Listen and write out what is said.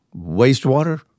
wastewater